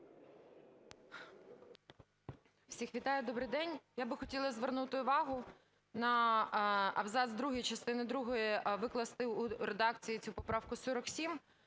Всіх вітаю! Добрий день! Я би хотіла звернути увагу на абзац другий частини другої, викласти у редакції цю поправку 47,